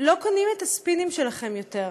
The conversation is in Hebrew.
לא קונים את הספינים שלכם יותר.